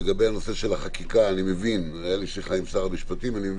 לגבי הנושא של החקיקה אני מבין שהחוק נמצא